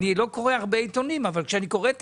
אני לא קורא הרבה עיתונים אבל כשאני קורא את